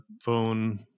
phone